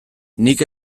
nik